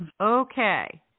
Okay